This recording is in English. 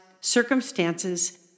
circumstances